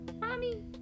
Mommy